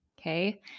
Okay